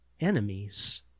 enemies